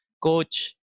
coach